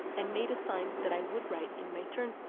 and made a sign that i would write in my turn